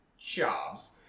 jobs